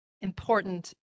important